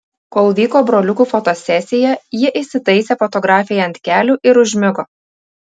kol vyko broliukų fotosesija ji įsitaisė fotografei ant kelių ir užmigo